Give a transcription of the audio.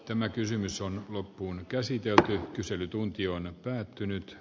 tämä kysymys on loppuun käsitelty kyselytunti on päättynyt